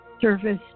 Service